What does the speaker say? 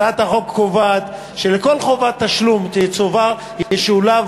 הצעת החוק קובעת שבכל דרישת תשלום ישולב